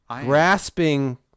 grasping